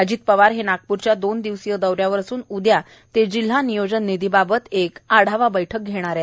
अजित पवार हे नागप्रच्या दोन दिवसीय दौऱ्यावर असून उदया ते जिल्हा नियोजन निधी बाबत एक आढावा बैठक घेणार आहे